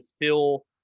fill